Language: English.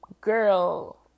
girl